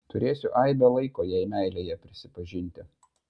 turėsiu aibę laiko jai meilėje prisipažinti